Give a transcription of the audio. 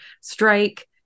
strike